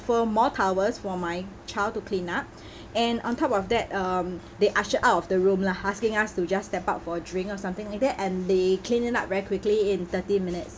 ~fer more towels for my child to clean up and on top of that um they ushered out of the room lah asking us to just step out for a drink or something like that and they cleaned it up very quickly in thirty minutes